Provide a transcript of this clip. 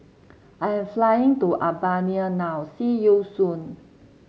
I am flying to Albania now see you soon